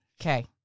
Okay